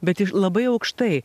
bet iš labai aukštai